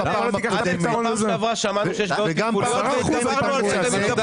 אבל גם בעבר שמענו שיש בעיות תפעוליות.